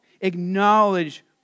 Acknowledge